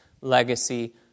legacy